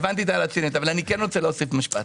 הבנתי את ההערה הצינית אבל אני כן רוצה להוסיף משפט.